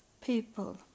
people